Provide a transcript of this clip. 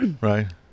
Right